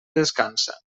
descansa